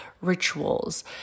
rituals